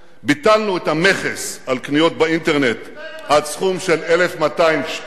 ביטלנו את המכס על קניות באינטרנט עד סכום של 1,200 שקלים.